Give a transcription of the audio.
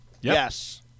Yes